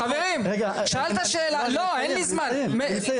רגע --- שאלת שאלה, לא, אין לי זמן, משי.